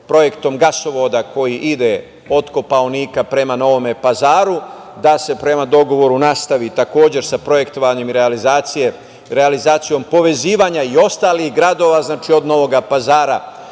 projektom gasovoda koji ide od Kopaonika prema Novom Pazaru, da se prema dogovoru nastavi takođe sa projektovanjem i realizacijom povezivanja i ostalih gradova od Novog Pazara